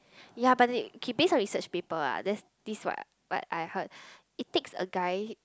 ya but the~ okay based on research paper ah there's this what what I heard it takes a guy